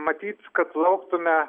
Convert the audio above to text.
matyt kad lauktume